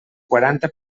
quaranta